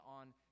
on